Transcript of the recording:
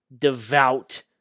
devout